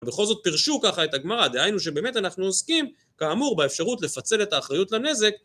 בכל זאת פירשו ככה את הגמרא, דהיינו שבאמת אנחנו עוסקים כאמור באפשרות לפצל את האחריות לנזק